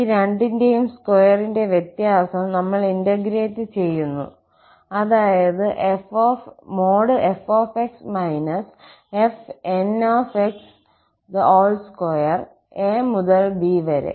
ഈ രണ്ടിന്റെയും സ്ക്വയറിന്റെ വ്യത്യാസം നമ്മൾ ഇന്റഗ്രേറ്റ് ചെയ്യുന്നു അതായത് fx fnx2 𝑎 മുതൽ b വരെ